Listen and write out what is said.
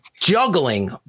juggling